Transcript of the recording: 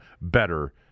better